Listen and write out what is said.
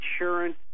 insurance